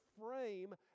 frame